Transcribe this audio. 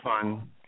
fun